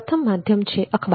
પ્રથમ માધ્યમ છે અખબાર